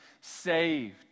saved